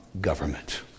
government